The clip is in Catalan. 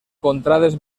contrades